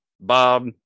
Bob